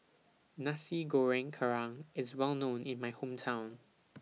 Nasi Goreng Kerang IS Well known in My Hometown